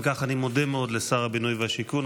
אם כך, אני מודה מאוד לשר הבינוי והשיכון.